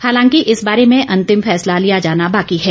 हालांकि इस बारे में अंतिम फैसला लिया जाना बाकी है